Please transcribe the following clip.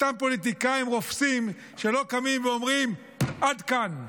אותם פוליטיקאים רופסים לא קמים ואומרים: עד כאן,